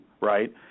right